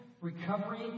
recovery